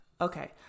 okay